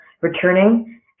returning